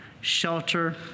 shelter